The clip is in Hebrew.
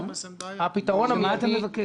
מה אתה מבקש?